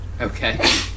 Okay